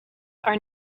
are